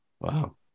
Wow